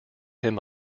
him